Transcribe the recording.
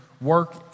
work